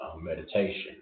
meditation